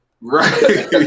Right